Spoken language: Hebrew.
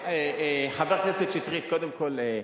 חבר הכנסת שטרית, קודם כול,